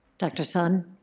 dr. sun.